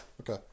Okay